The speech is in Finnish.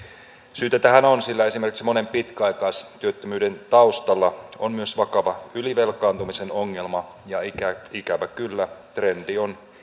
syytä tähän on sillä esimerkiksi monen pitkäaikaistyöttömyyden taustalla on myös vakava ylivelkaantumisen ongelma ja ikävä kyllä trendi on